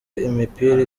imipira